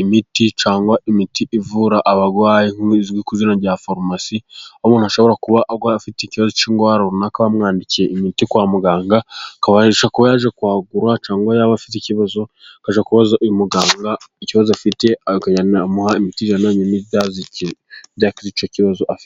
imiti cyangwa imiti ivura abarwayi izwi kw'izina rya farumasi, aho umuntu ashobora kuba arwaye afite ikibazo cy'irwara runaka bamwandikiye imiti kwa muganga akabasha kuba yajya kuhagura cyangwa yaba afite ikibazo akajya kubaza uyu muganga ikibazo afite akamuha imiti ijyaniranye ni byakiza icyo kibazo afite.